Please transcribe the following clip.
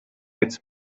its